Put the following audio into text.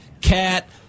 cat